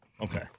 Okay